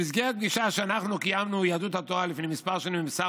במסגרת פגישה שקיימנו ביהדות התורה לפני כמה שנים עם שר